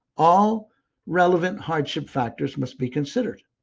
all relevant hardship factors must be considered.